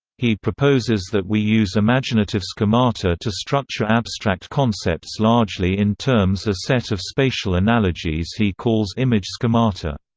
he proposes that we use imaginative schemata to structure abstract concepts largely in terms a set of spatial analogies he calls image schemata.